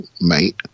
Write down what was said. mate